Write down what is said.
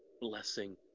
blessing